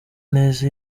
neza